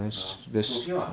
ya it's okay [what]